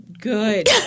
good